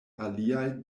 aliaj